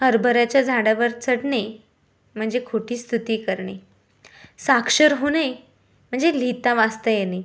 हरभऱ्याच्या झाडावर चढणे म्हणजे खोटी स्तुती करणे साक्षर होणे म्हणजे लिहिता वाचता येणे